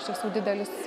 iš tiesų didelis